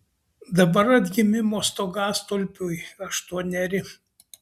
dabar atgimimo stogastulpiui aštuoneri